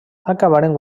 acabaren